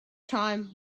time